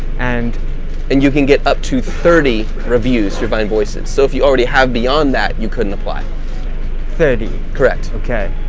and and you can get up to thirty reviews. your vine voices, so if you already have beyond that, you couldn't apply thirty correct? okay,